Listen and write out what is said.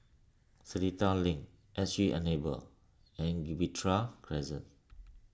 Seletar Link S G Enable and Gibraltar Crescent